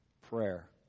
prayer